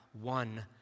one